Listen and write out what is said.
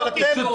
בסדר.